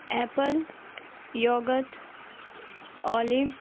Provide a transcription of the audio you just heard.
apple yogurt olive